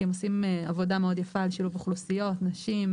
כי הם עושים עבודה מאוד יפה שילוב אוכלוסיות נשים,